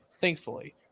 thankfully